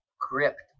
gripped